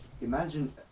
imagine